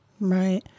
Right